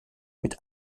mit